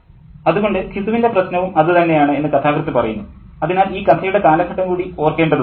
professor അതുകൊണ്ട് ഘിസുവിൻ്റെ പ്രശ്നവും അതു തന്നെയാണ് എന്ന് കഥാകൃത്ത് പറയുന്നു അതിനാൽ ഈ കഥയുടെ കാലഘട്ടം കൂടി ഓർക്കേണ്ടതുണ്ട്